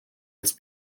its